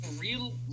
real